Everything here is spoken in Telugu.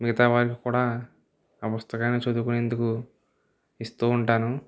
మిగతా వారికి కూడా ఆ పుస్తకాన్ని చదువుకునేందుకు ఇస్తు ఉంటాను